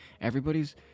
Everybody's